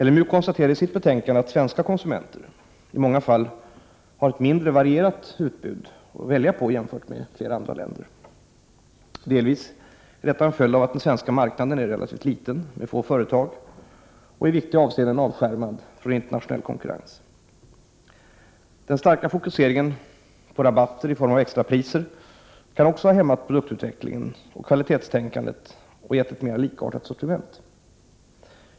LMU konstaterade i sitt betänkande att svenska konsumenter i många fall har ett mindre varierat utbud att välja på än man har i flera andra länder. Delvis är detta en följd av att den svenska marknaden är relativt liten med få företag och i viktiga avseenden avskärmad från internationell konkurrens. Den starka fokuseringen på rabatter i form av extrapriser kan också ha hämmat produktutvecklingen och kvalitetstänkandet och gett ett mera likartat sortiment.